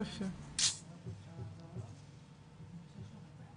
זה סכום חשוב.